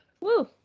Woo